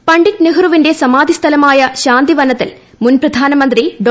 പണ്ഡിറ്റ് നെഹ്റുവിന്റെ സമാധി സ്ഥലമായ ശാന്തിവനത്തിൽ മുൻ പ്രധാനമന്ത്രി ഡോ